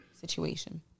situation